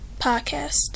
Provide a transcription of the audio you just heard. podcast